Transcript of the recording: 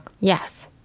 Yes